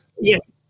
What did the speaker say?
Yes